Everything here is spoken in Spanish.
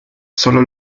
sólo